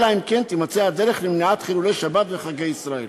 אלא אם כן תימצא הדרך למניעת חילולי שבת וחגי ישראל.